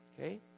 Okay